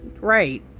right